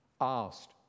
Asked